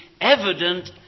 evident